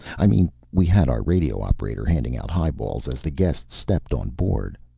i mean we had our radio operator handing out highballs as the guests stepped on board.